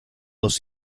dos